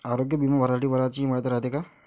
आरोग्य बिमा भरासाठी वयाची मर्यादा रायते काय?